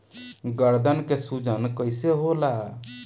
गर्दन के सूजन कईसे होला?